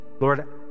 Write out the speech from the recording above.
Lord